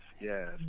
yes